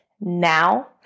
Now